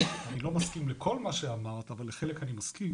אני לא מסכים לכל מה שאמרת, אבל על חלק אני מסכים.